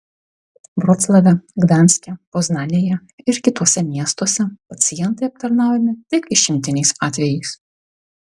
vroclave gdanske poznanėje ir kituose miestuose pacientai aptarnaujami tik išimtiniais atvejais